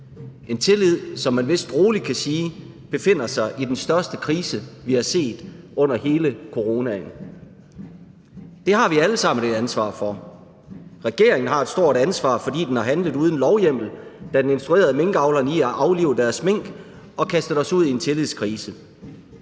en tillid, som man vist roligt kan sige befinder sig i den største krise, vi har set, under hele coronaen. Det har vi alle sammen et ansvar for. Regeringen har et stort ansvar, fordi den har handlet uden lovhjemmel, da den instruerede minkavlerne i at aflive deres mink, og har kastet os ud i en tillidskrise.